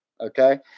okay